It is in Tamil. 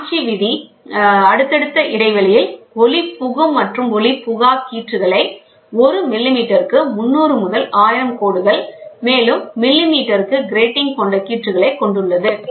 ரோஞ்சி விதி அடுத்தடுத்த இடைவெளியில் ஒளி புகும் மற்றும் ஒளிபுகா கீற்றுகளை ஒரு மில்லிமீட்டருக்கு 300 முதல் 1000 கோடுகள் மேலும் மில்லிமீட்டருக்கு கிராட்டிங் கொண்ட கீற்றுகளைக் கொண்டுள்ளது